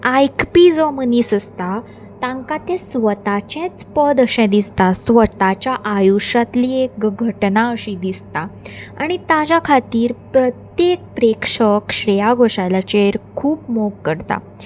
आयकपी जो मनीस आसता तांकां तें स्वताचेच पद अशें दिसता स्वताच्या आयुश्यांतली एक घटना अशीं दिसता आनी ताज्या खातीर प्रत्येक प्रेक्षक श्रेया घोशालाचेर खूब मोग करता